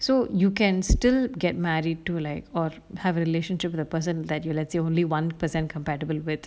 so you can still get married to like or have a relationship with the person that you let's say only one percent compatible with